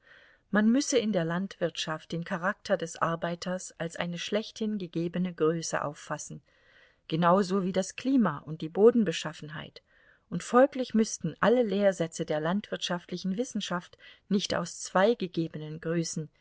man müsse in der landwirtschaft den charakter des arbeiters als eine schlechthin gegebene größe auffassen genauso wie das klima und die bodenbeschaffenheit und folglich müßten alle lehrsätze der landwirtschaftlichen wissenschaft nicht aus zwei gegebenen größen